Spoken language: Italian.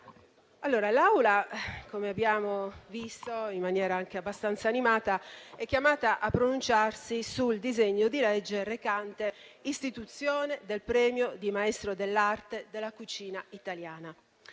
L'Assemblea, come abbiamo visto in maniera anche abbastanza animata, è chiamata a pronunciarsi sul disegno di legge recante "Istituzione del premio di «Maestro dell'arte della cucina italiana»",